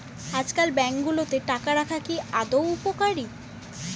আজকাল ব্যাঙ্কগুলোতে টাকা রাখা কি আদৌ উপকারী?